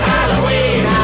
Halloween